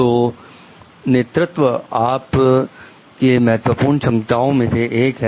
तो नेतृत्व आप की महत्वपूर्ण क्षमताओं में से एक है